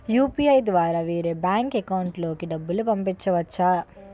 UPI ద్వారా వేరే bank account లోకి డబ్బులు పంపించవచ్చా?